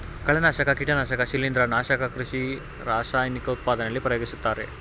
ಕಳೆನಾಶಕ, ಕೀಟನಾಶಕ ಶಿಲಿಂದ್ರ, ನಾಶಕ ಕೃಷಿ ರಾಸಾಯನಿಕ ಉತ್ಪಾದನೆಯಲ್ಲಿ ಪ್ರಯೋಗಿಸುತ್ತಾರೆ